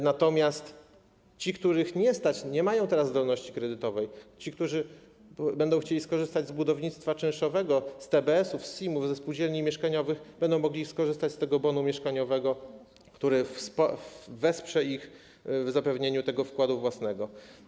Natomiast ci, których nie stać, którzy nie mają teraz zdolności kredytowej, ci, którzy będą chcieli skorzystać z budownictwa czynszowego, z TBS-ów, SIM-u, ze spółdzielni mieszkaniowych, będą mogli skorzystać z bonu mieszkaniowego, który wesprze ich w zapewnieniu wkładu własnego.